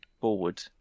forward